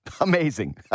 Amazing